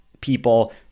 people